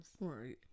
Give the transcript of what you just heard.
Right